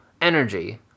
energy